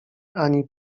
ani